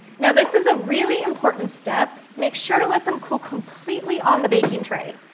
now this is a really important step. make sure to let them cool completely on the baking tray.